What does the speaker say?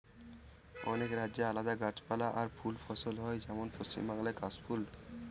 অনেক রাজ্যে আলাদা গাছপালা আর ফুল ফসল হয় যেমন পশ্চিম বাংলায় কাশ ফুল